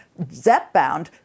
ZepBound